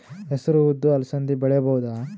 ಹೆಸರು ಉದ್ದು ಅಲಸಂದೆ ಬೆಳೆಯಬಹುದಾ?